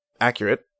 accurate